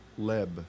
Leb